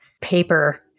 paper